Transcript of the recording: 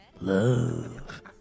love